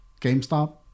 GameStop